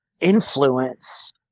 influence